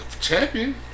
Champion